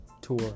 Tour